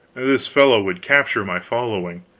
this fellow would capture my following,